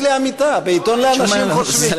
זאת אמת לאמיתה, בעיתון לאנשים חושבים.